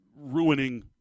ruining